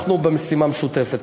אנחנו במשימה משותפת.